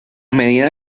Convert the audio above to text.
medida